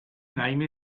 name